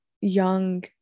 young